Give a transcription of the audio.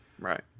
Right